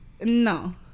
No